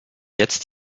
jetzt